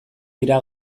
dira